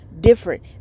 different